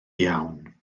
iawn